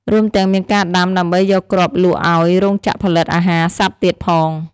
រួមទាំងមានការដាំដើម្បីយកគ្រាប់លក់ឱ្យ រោងចក្រផលិតអាហារ សត្វទៀតផង។